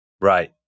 Right